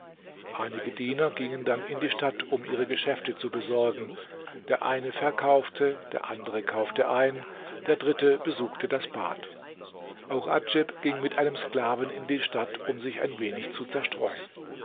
einige diener gingen dann in die stadt um ihre geschäfte zu besorgen der eine verkaufte der andere kaufte ein der dritte besuchte das bad auch adjib ging mit einem sklaven in die stadt um sich ein wenig zu zerstreuen